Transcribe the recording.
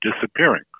disappearing